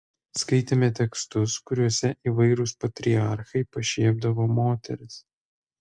skaitėme tekstus kuriuose įvairūs patriarchai pašiepdavo moteris